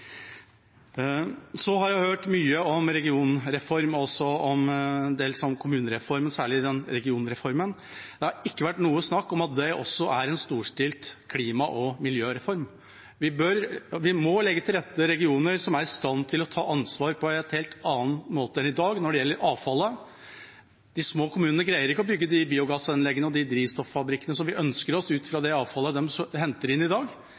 Så har jeg hørt mye om regionreformen og kommunereformen, særlig regionreformen. Det har ikke vært noe snakk om at det også er en storstilt klima- og miljøreform. Vi må legge til rette for regioner som er i stand til å ta ansvar på en helt annen måte enn i dag når det gjelder avfall. Små kommuner greier ikke å bygge de biogassanleggene og drivstoffabrikkene som vi ønsker oss, ut fra det avfallet de henter inn i dag.